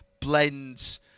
blends